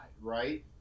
right